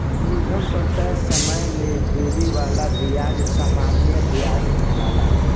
मूलधन पर तय समय में देवे वाला ब्याज सामान्य व्याज कहाला